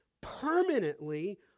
permanently